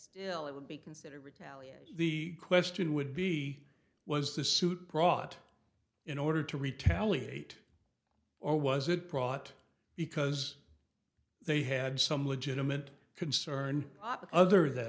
still it would be considered retaliate the question would be was the suit brought in order to retaliate or was it brought because they had some legitimate concern up of other that